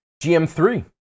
GM3